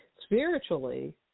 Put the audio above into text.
Spiritually